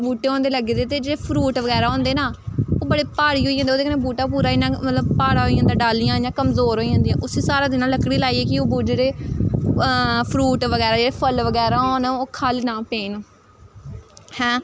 बूह्टे होंदे लग्गे दे ते जे फ्रूट बगैरा होंदे ना ओह् बड़े भारी होई जंदे ओह्दे कन्नै बूह्टा पूरा इ'यां मतलब भारा होई जंदा डाह्लियां इ'यां कमजोर होई जंदियां उस्सी सहारा देना लकड़ी लाइयै कि ओह् बू जेह्ड़े फ्रूट बगैरा फल बगैरा होन ओह् खल्ल ना पैन्न